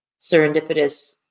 serendipitous